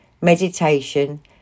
meditation